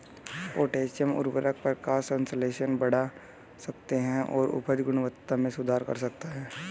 potassium उवर्रक प्रकाश संश्लेषण बढ़ा सकता है और उपज गुणवत्ता में सुधार कर सकता है